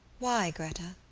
why, gretta?